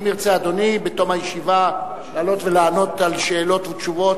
אם ירצה אדוני בתום הישיבה לעלות ולענות על שאלות ותשובות,